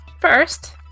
first